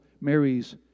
Mary's